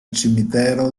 cimitero